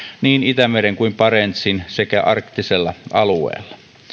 niin itämeren kuin barentsin alueella sekä arktisella alueella